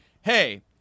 hey